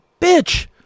bitch